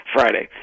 Friday